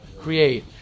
create